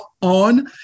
on